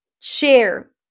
share